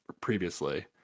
previously